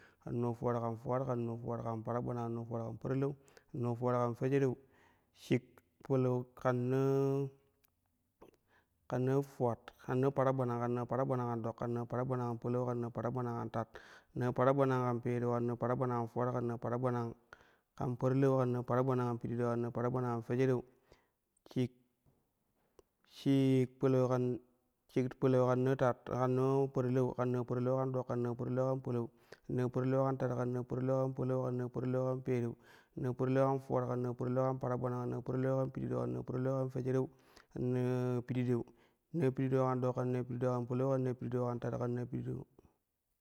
Kan naa fuwat kan fuwat kan naa fuwat kan parilau, naa fuwat kan fejereu shik palau kan naa kan naa fuwat. Kan naa paragbanang kan naa paragbanang kan dok, kan naa paragbanang kan palau, kan naa paragbanang kan tat, naa paragbanang kan pereu, kan naa paragbanang kan fuwat, kan naa paragbanang kan parilau, kan naa paragbanang kan pididau, kan naa paragbanang kan fejereu shik. Shik palau kan shik palau kan naa tata kan naa parilau kan naa parilau kan dok, kan naa parilau kan palau, kan naa parilau kan tat, kan naa parilau kan pereu, kan naa parilau kan fuwat, kan naa parilau kan paragbanang, kan naa parilau kan pididou kan naa parilau kan fejereu, kan naa pididau naa pididau kan dok, kan naa pididau kan palau, kan naa pididau kan palau kan naa pididau kan tat, kan naa pididau.